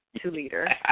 two-liter